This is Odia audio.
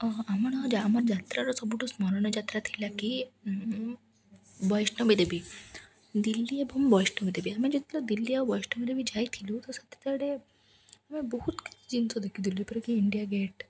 ଆମର ଆମର ଯାତ୍ରାର ସବୁଠୁ ସ୍ମରଣ ଯାତ୍ରା ଥିଲା କି ବୈଷ୍ଣବୀ ଦେବୀ ଦିଲ୍ଲୀ ଏବଂ ବୈଷ୍ଣବୀ ଦେବୀ ଆମେ ଯେତେବେଳେ ଦିଲ୍ଲୀ ଆଉ ବୈଷ୍ଣବୀ ଦେବୀ ଯାଇ ଥିଲୁ ତ ସେତେବେଳେ ଆମେ ବହୁତ କିଛି ଜିନିଷ ଦେଖିଥିଲୁ ଏପରିକି ଇଣ୍ଡିଆ ଗେଟ୍